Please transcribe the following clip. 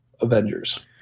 avengers